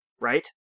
Right